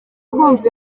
kumva